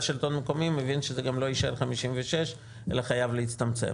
לשלטון מקומי מבין שזה גם לא יישאר 56 אלא חייב להצטמצם.